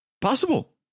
Possible